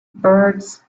birds